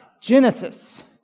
Genesis